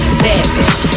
savage